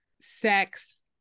sex